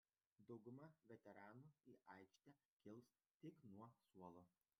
dauguma veteranų į aikštę kils tik nuo suolo